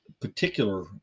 particular